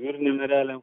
jūriniam ereliam